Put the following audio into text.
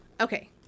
Okay